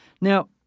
Now